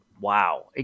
wow